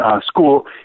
school